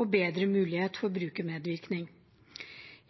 og bedre mulighet for brukermedvirkning.